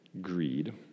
greed